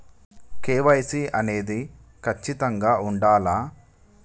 KYC అనేది ఖచ్చితంగా ఉండాలా?